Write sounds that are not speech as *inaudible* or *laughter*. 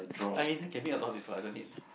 *breath* I mean can meet a lot of people I don't need